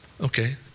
okay